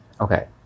okay